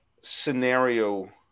scenario